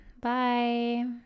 Bye